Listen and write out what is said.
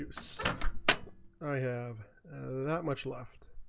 use i have and not much left